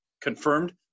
confirmed